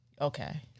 Okay